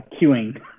queuing